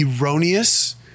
erroneous